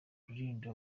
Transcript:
rulindo